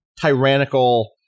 tyrannical –